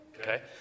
Okay